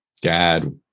dad